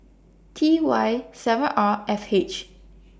T Y seven R F H